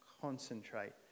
concentrate